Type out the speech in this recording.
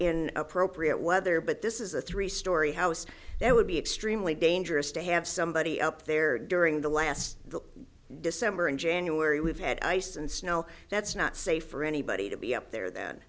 in appropriate weather but this is a three story house that would be extremely dangerous to have somebody up there during the last december and january we've had ice and snow that's not safe for anybody to be up there then